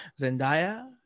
Zendaya